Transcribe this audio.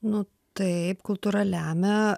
nu taip kultūra lemia